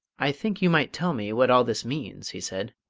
i think you might tell me what all this means, he said.